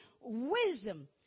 wisdom